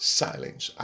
silence